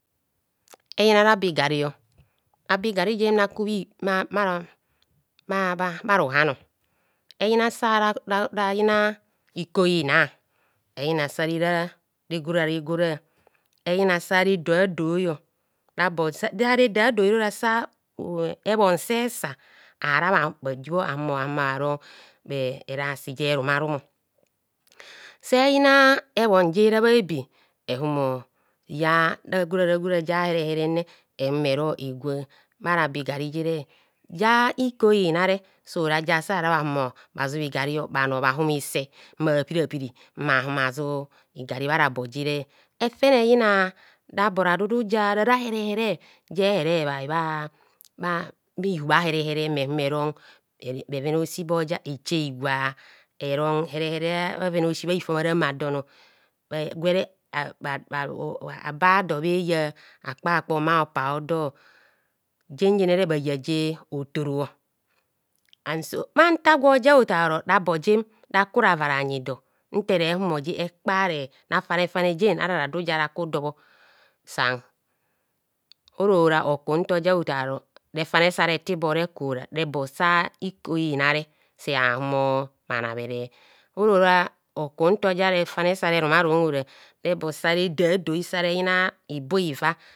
Ɛyina rabo igari, rabo igara jem ra kubhi bha bha bha rohano eyina saro ra reyina iko ina eyina sa re ra regora regora eyina sa reda doior rabo sa ja reda doi ora sa ehm ebhon se sa aran majibho mmahumo aron e erasi je rumarumo se yina ebbon jera bha ebi ehumo ja ragora ragora ja here here ne ehumo ero egwa bharabo igarijire ja iko inare sora ja sa ra bha humo bhazu igario bhanor bhahumo ise mma pirapiri mma humi bhazu igari bhara bo jere efene eyina rabo radudu ja ra ra herehere jehere bhai bha bha bhi hubha a herehere mme humo evon bheven a'osi boja eche higwa eron herehere a'oven ao'si bha hifam a'reme adon gwere ehbha eh abador bhe ya akoakpor bha bopa haodo jen jenere bhayaji otoro an so bhanta gwojaotaro rabojem raku rava ranyi do nta ere humo je akpare rafane fane jen ara radu jara kudo bho san oro ra okuntaja otaoro refane sa reta ibore kora rebo sa iko inare sa ahumo bhanabhere orora oku ntoja refane sa rerumarum hora rebo sa re dadoi sare yina ibor iva.